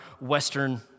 Western